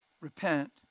Repent